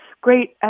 great